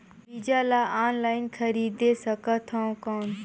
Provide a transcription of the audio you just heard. बीजा ला ऑनलाइन खरीदे सकथव कौन?